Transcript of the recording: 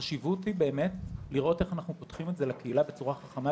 החשיבות היא באמת לראות איך אנחנו פותחים את זה לקהילה בצורה חכמה,